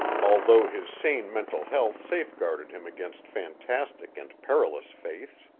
although his sane mental health safeguarded him against fantastic and perilous faiths.